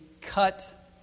cut